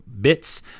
bits